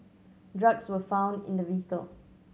drugs were found in the vehicle